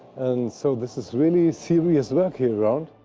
and so, this is really serious work here around.